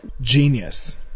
Genius